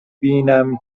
بینم